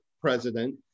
president